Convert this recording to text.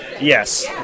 Yes